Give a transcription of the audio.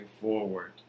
forward